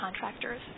contractors